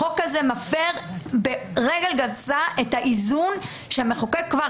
החוק הזה מפר ברגל גסה את האיזון שהמחוקק כבר